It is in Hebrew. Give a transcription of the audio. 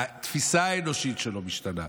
התפיסה האנושית שלו משתנה,